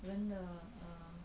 人的 uh